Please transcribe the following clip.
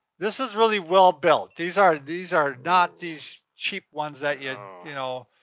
this is really well-built. these are these are not these cheap ones that you you know,